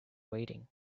rating